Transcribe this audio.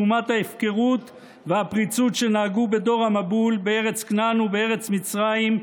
לעומת ההפקרות והפריצות שנהגו בדור המבול בארץ כנען ובארץ מצרים,